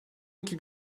iki